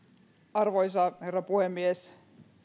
arvoisa herra puhemies